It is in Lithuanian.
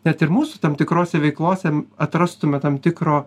net ir mūsų tam tikrose veiklose atrastume tam tikro